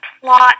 plot